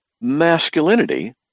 masculinity